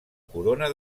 corona